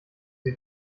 sie